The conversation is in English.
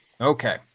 Okay